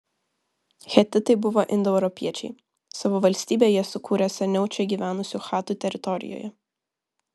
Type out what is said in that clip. hetitai buvo indoeuropiečiai savo valstybę jie sukūrė seniau čia gyvenusių chatų teritorijoje